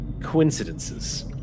coincidences